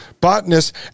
botanist